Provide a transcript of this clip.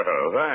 thanks